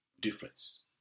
difference